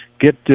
get